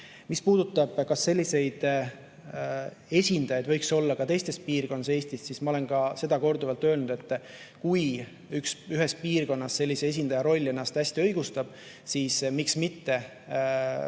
puudutab seda, kas selliseid esindajaid võiks olla ka Eesti teistes piirkondades, siis ma olen seda korduvalt öelnud, et kui ühes piirkonnas see esindaja roll ennast hästi õigustab, siis miks mitte.